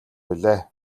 билээ